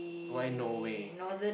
why Norway